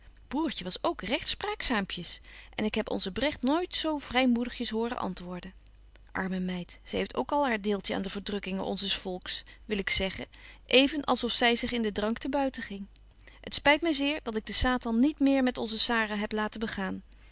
broertje was ook recht spraakzaamtjes en ik heb onze bregt nooit zo vrymoedigjes horen antwoorden arme meid zy heeft ook al haar deeltje aan de verdrukkingen onzes volks wil ik zeggen even als of zy zich in den drank te buiten ging het spyt my zeer dat ik den satan niet maar met onze sara heb laten begaan